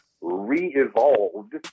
Re-evolved